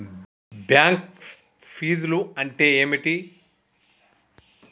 Bank ఫీజ్లు అంటే ఏమిటి?